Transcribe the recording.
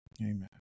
Amen